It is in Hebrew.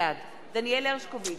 בעד דניאל הרשקוביץ,